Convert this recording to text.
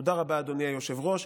תודה רבה, אדוני היושב-ראש.